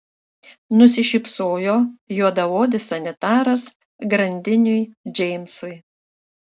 nusišypsojo juodaodis sanitaras grandiniui džeimsui